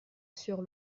sur